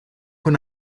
con